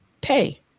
pay